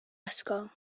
ysgol